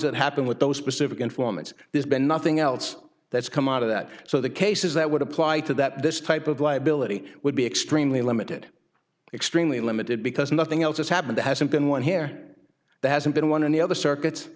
that happened with those specific informants there's been nothing else that's come out of that so the cases that would apply to that this type of liability would be extremely limited extremely limited because nothing else has happened that hasn't been one here that hasn't been one in the other circuits